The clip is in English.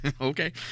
Okay